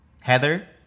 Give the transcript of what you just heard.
Heather